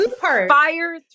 fire